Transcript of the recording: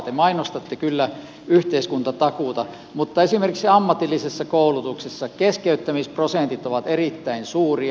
te mainostatte kyllä yhteiskuntatakuuta mutta esimerkiksi ammatillisessa koulutuksessa keskeyttämisprosentit ovat erittäin suuria